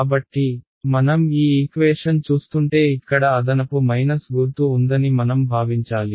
కాబట్టి మనం ఈ ఈక్వేషన్ చూస్తుంటే ఇక్కడ అదనపు మైనస్ గుర్తు ఉందని మనం భావించాలి